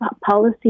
policy